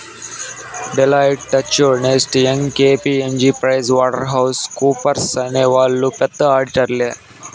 Deloitte, Touche Ernst, Young KPMG Pricewaterhouse కూపర్స్అనే వాళ్ళు పెద్ద ఆడిటర్లే